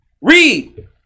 read